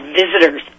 visitors